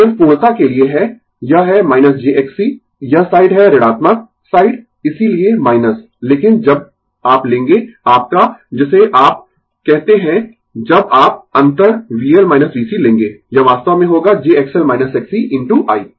यह सिर्फ पूर्णता के लिए है यह है j Xc I यह साइड है ऋणात्मक साइड इसीलिये लेकिन जब आप लेंगें आपका जिसे आपका कहते है जब आप अंतर VL VC लेंगें यह वास्तव में होगा j XL Xc into I